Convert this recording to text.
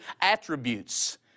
attributes